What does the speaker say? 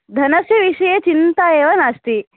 धनस्य विषये चिन्ता एव नास्ति